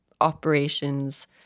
operations